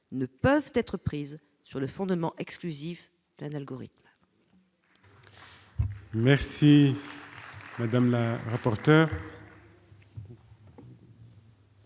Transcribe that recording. ne peuvent être prises sur le fondement exclusif d'un algorithme.